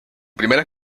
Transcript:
primera